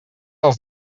els